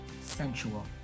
sensual